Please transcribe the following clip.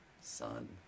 son